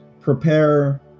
prepare